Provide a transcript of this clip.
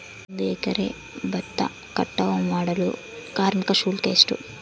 ಒಂದು ಎಕರೆ ಭತ್ತ ಕಟಾವ್ ಮಾಡಲು ಕಾರ್ಮಿಕ ಶುಲ್ಕ ಎಷ್ಟು?